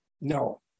No